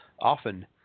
often